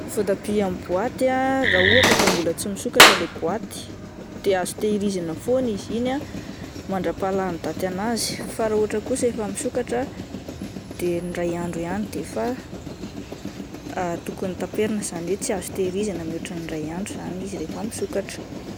Voatabia amin'ny boaty ah raha ohatra ka mbola tsy nisokatra ilay boaty dia azo tehirizina foana izy iny ah mandrapaha lany daty an'azy fa raha ohatra kosa efa misokatra ah de indray andro ihany de efa tokony taperina izany hoe tsy azo tehirizina mihoatra ny indray andro zany izy rehefa misokatra.